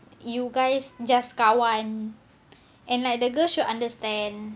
you guys just kawan and like the girl should understand